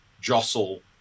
jostle